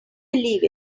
believe